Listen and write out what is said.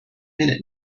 minute